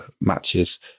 matches